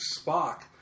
Spock